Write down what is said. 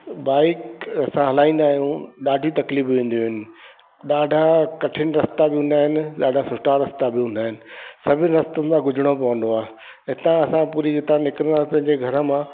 bike असां हलाईंदा आहियूं ॾाढी तकलीफ़ू ईंदियूं आहिनि ॾाढा कठिन रस्ता बि हूंदा आहिनि ॾाढा सुठा रस्ता बि हूंदा आहिनि सभी रस्तनि था गुज़रणो पवंदो आहे हितां असां पूरी रीता निकिरंदा पंहिंजे घर मां